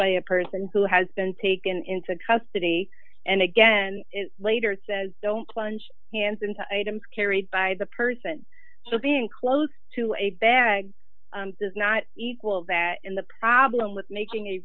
by a person who has been taken into custody and again later it says don't plunge hands into items carried by the person so being close to a bag does not equal that in the problem with making a